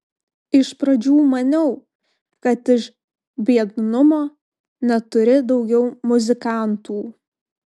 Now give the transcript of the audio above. iš pradžių maniau kad iš biednumo neturi daugiau muzikantų